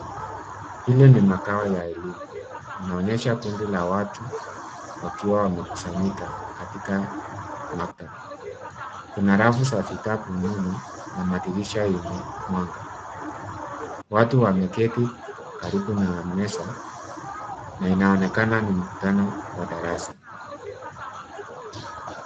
Hili ni makao ya elimu, inaonyesha kundi la watu wakiwa wamekusanyika katika maktaba. Kuna rafu za vitabu nyuma na madirisha yenye mwanga. Watu wameketi karibu na meza na inaonekana ni mkutano wa darasa.